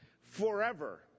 forever